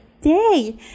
day